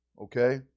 Okay